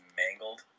mangled